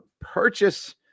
purchase